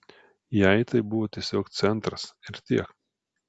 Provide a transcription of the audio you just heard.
jai tai buvo tiesiog centras ir tiek